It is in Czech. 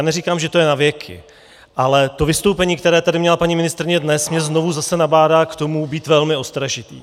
Neříkám, že to je navěky, ale to vystoupení, které tady měla paní ministryně dnes, mě znovu zase nabádá k tomu být velmi ostražitý.